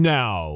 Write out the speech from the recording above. now